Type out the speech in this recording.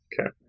Okay